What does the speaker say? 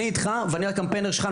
אני איתך ואני אהיה הקמפיינר שלך.